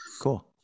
Cool